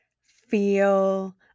feel